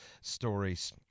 stories